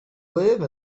live